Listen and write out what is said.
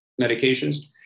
medications